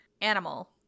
animal